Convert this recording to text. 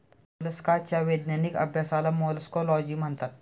मोलस्काच्या वैज्ञानिक अभ्यासाला मोलॅस्कोलॉजी म्हणतात